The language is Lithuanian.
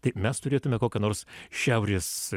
tai mes turėtume kokią nors šiaurės